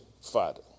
father